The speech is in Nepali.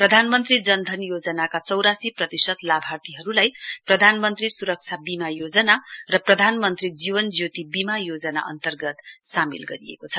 प्रधानमन्त्री जनधन योजनाका चौरासी प्रतिशत लाभार्थीहरूलाई प्रधानमन्त्री सुरक्षा बीमा योजना र प्रधान मन्त्री जीवनज्योति बीमा योजना अन्तर्गत सामेल गरिएको छ